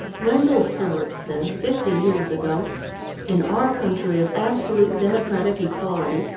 wendell phillips said fifty years ago in our country of absolute democratic equality,